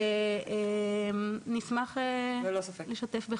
נשמח לשתף.